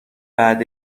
بعد